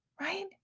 right